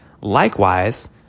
Likewise